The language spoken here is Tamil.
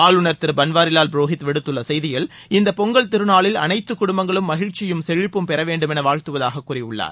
ஆளுநர் திரு பன்வாரிவால் புரோஹித் விடுத்துள்ள வாழ்த்துச் செய்தியில் இந்த பொங்கல் திருநாளில் அனைத்து குடும்பங்களும் மகிழ்ச்சியும் செழிப்பும் பெற வேண்டும் என வாழ்த்துவதாக கூறியுள்ளார்